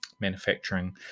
manufacturing